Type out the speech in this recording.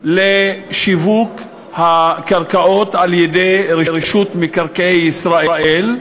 לשיווק הקרקעות על-ידי רשות מקרקעי ישראל,